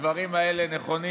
הדברים האלה נכונים